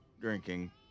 drinking